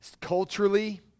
culturally